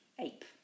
Ape